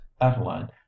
Adeline